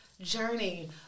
journey